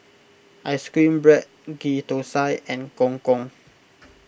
Ice Cream Bread Ghee Thosai and Gong Gong